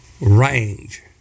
range